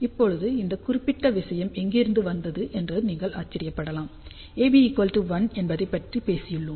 இப்போது இந்த குறிப்பிட்ட விஷயம் எங்கிருந்து வந்தது என்று நீங்கள் ஆச்சரியப்படலாம் Aβ 1 என்பதைப்பற்றி பேசியுள்ளோம்